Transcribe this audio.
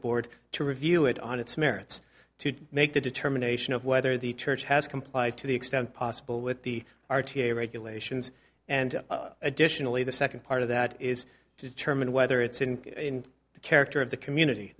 board to review it on its merits to make the determination of whether the church has complied to the extent possible with the r t a regulations and additionally the second part of that is to determine whether it's in the character of the community